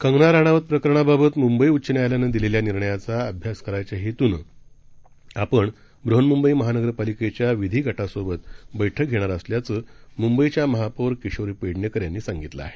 कंगना राणावत प्रकरणाबाबत मुंबई उच्च न्यायालयानं दिलेल्या निर्णयाचा अभ्यास करायच्या हेतून आपण बृहन्म्ंबई महानगरपालिकेच्या विधी गटासोबत बैठक घेणार असल्याचं मुंबईच्या महापौर किशोरी पेडणेकर यांनी सांगितलं आहे